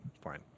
fine